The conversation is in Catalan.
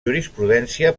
jurisprudència